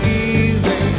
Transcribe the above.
easy